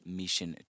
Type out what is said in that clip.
Mission